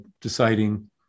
deciding